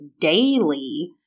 daily